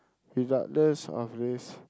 regardless of race